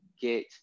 get